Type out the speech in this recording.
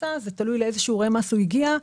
פריסה אלא זה תלוי לאיזה שיעורי מס הוא הגיע.